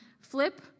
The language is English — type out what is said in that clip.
Flip